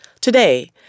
Today